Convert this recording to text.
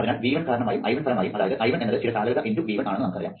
അതിനാൽ V1 കാരണമായും I1 ഫലമായും അതായത് I1 എന്നത് ചില ചാലകത × V1 ആണെന്ന് നമുക്ക് അറിയാം